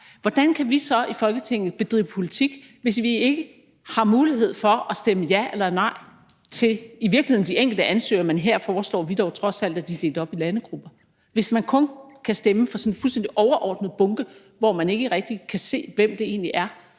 Hvordan kan vi så i Folketinget bedrive politik, hvis vi ikke har mulighed for at stemme ja eller nej til i virkeligheden de enkelte ansøgere – men her foreslår vi dog trods alt, at de er delt op i landegrupper – hvis man kun kan stemme for sådan en fuldstændig overordnet bunke, hvor man ikke rigtig kan se, hvem det egentlig er,